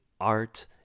art